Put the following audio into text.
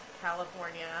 California